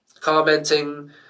commenting